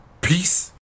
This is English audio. Peace